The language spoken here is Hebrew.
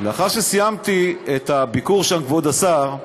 לאחר שסיימתי את הביקור שם, כבוד השר,